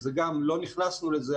לא נכנסנו לזה,